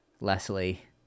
Leslie